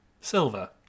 Silver